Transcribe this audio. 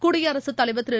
குடியரசு தலைவர் திரு